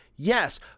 Yes